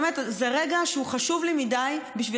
באמת זה רגע שהוא חשוב לי מדי בשביל